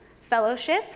fellowship